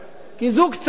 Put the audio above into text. כי זוג צעיר,